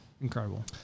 Incredible